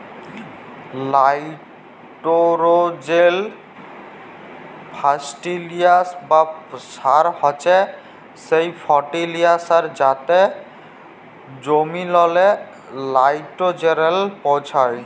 লাইটোরোজেল ফার্টিলিসার বা সার হছে সেই ফার্টিলিসার যাতে জমিললে লাইটোরোজেল পৌঁছায়